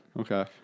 Okay